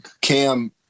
Cam